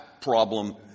problem